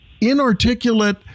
inarticulate